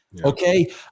okay